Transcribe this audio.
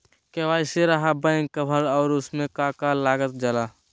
KYC रहा back cover और उसमें का का लागल जाला?